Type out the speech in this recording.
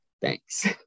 Thanks